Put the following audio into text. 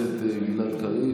סימנא דכיסופא,